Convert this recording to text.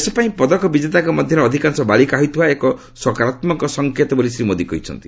ଦେଶ ପାଇଁ ପଦକ ବିଜେତାଙ୍କ ମଧ୍ୟରେ ଅଧିକାଂଶ ବାଳିକା ହୋଇଥିବା ଏକ ସକାରାତ୍ମକ ସଂକେତ ବୋଲି ଶ୍ରୀ ମୋଦି କହିଛନ୍ତି